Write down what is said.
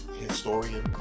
historian